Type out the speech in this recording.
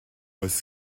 was